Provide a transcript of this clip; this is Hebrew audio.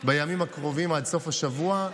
בימים הקרובים, עד סוף השבוע.